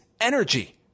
energy